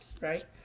right